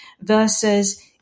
versus